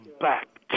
back